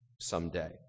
someday